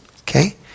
okay